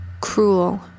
Cruel